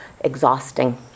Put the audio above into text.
exhausting